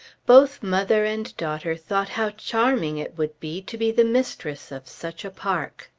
both mother and daughter thought how charming it would be to be the mistress of such a park.